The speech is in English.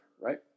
right